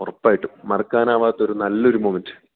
ഉറപ്പായിട്ടും മറക്കാനാകാത്ത ഒരു നല്ലയൊരു മൊമെൻ്റ്